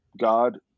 God